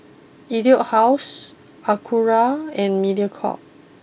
Etude house Acura and Mediacorp